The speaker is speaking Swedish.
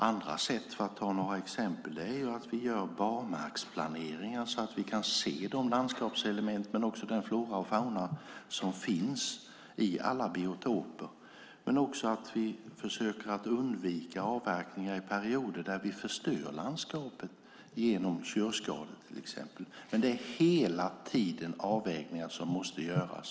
Andra sätt är, för att ta några exempel, att vi gör barmarksplaneringar så att vi kan se de landskapselement och den flora och fauna som finns i alla biotoper. Vi kan också försöka undvika avverkningar i perioder där vi förstör landskapet, genom körskador till exempel. Detta är hela tiden avvägningar som måste göras.